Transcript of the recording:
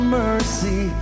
mercy